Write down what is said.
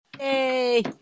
Yay